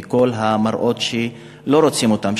וכל המראות שלא רוצים אותם,